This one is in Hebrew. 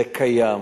זה קיים,